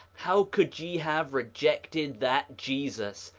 how could ye have rejected that jesus,